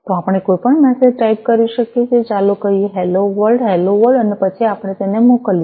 તો આપણે કોઈપણ મેસેજ ટાઈપ કરી શકીએ ચાલો કહીએ હેલો વર્લ્ડ હેલો વર્લ્ડ અને પછી આપણે તેને મોકલીએ